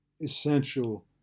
essential